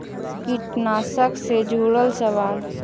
कीटनाशक से जुड़ल सवाल?